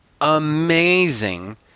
Amazing